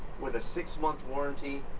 with a six-month warranty,